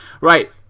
Right